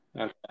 Okay